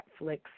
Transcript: Netflix